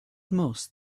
most